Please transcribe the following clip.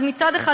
אז מצד אחד,